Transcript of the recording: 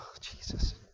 Jesus